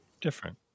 different